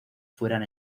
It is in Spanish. fueran